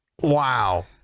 wow